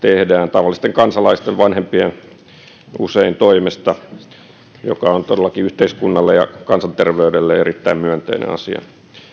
tavallisten kansalaisten usein vanhempien toimesta mikä on todellakin yhteiskunnalle ja kansanterveydelle erittäin myönteinen asia myös